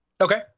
Okay